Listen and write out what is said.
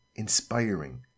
inspiring